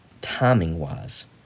timing-wise